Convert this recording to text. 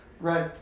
Right